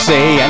Say